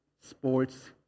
sports